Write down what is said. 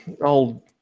old